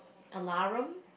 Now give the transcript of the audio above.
alarum